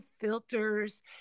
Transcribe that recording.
filters